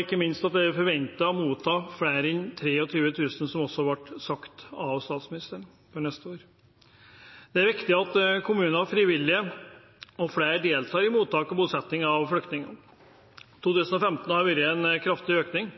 ikke minst at en forventer å motta flere enn 23 000 – noe som også ble sagt av statsministeren – neste år. Det er viktig at kommuner, frivillige og flere andre deltar når det gjelder mottak og bosetting av flyktninger. I 2015 har det vært en kraftig økning